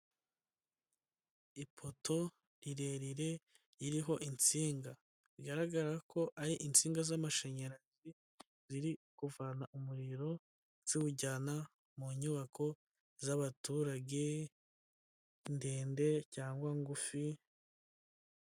Ipoto rirerire iriho insinga, bigaragara ko ari insinga z'amashanyarazi, ziri kuvana umuriro ziwujyana mu nyubako z'abaturage, ndende cyangwa ngufi.